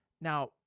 Now